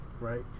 right